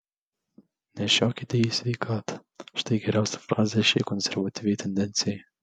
nešiokite į sveikatą štai geriausia frazė šiai konservatyviai tendencijai